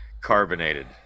Carbonated